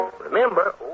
Remember